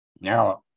Now